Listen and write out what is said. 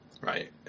right